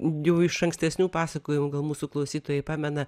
jau iš ankstesnių pasakojimų gal mūsų klausytojai pamena